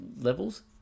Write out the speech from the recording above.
levels